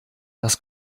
das